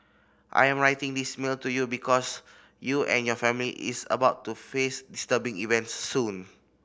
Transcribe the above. I am writing this mail to you because you and your family is about to face disturbing events soon